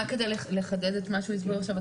רק כדי לחדד את מה שהוא הסביר עכשיו.